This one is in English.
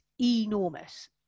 enormous